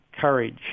courage